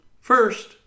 First